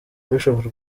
bishop